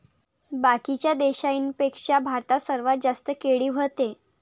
बाकीच्या देशाइंपेक्षा भारतात सर्वात जास्त केळी व्हते